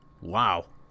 Wow